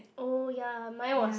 oh ya mine was